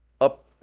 up